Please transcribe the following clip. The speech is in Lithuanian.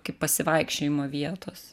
kaip pasivaikščiojimo vietos